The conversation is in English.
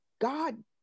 God